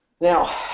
Now